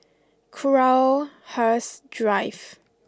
Crowhurst Drive